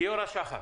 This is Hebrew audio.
גיורא שחם,